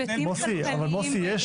מוסי, אבל